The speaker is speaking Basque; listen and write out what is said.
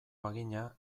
bagina